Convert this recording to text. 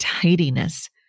tidiness